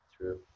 True